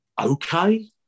okay